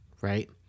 right